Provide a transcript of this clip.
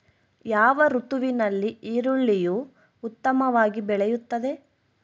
ಯಾವ ಋತುವಿನಲ್ಲಿ ಈರುಳ್ಳಿಯು ಉತ್ತಮವಾಗಿ ಬೆಳೆಯುತ್ತದೆ?